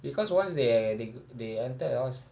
because once they are they they enter the house